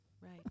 right